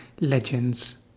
legends